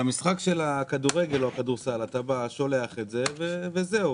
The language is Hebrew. במשחק כדורגל או כדורסל אתה שולח את טופס ההימורים וזהו.